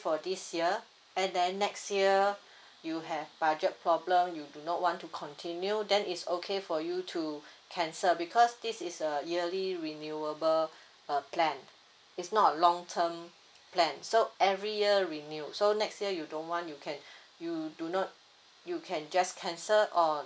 for this year and then next year you have budget problem you do not want to continue then it's okay for you to cancel because this is a yearly renewable uh plan it's not a long term plan so every year renew so next year you don't want you can you do not you can just cancel or